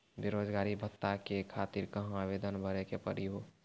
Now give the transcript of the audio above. बेरोजगारी भत्ता के खातिर कहां आवेदन भरे के पड़ी हो?